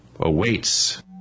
awaits